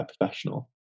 professional